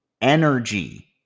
energy